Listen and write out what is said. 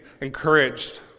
encouraged